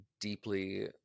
deeply